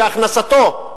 והכנסתו,